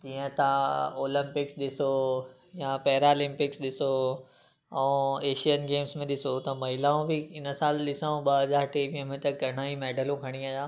इअं तव्हां ओलंपिक्स ॾिसो या पैरालिंपिक्स ॾिसो ऐं एशियन गेम्स में ॾिसो त महिलाऊं बि हिन साल ॾिसूं ॿ हज़ार टेवीह में त घणेई मेडलूं खणी आया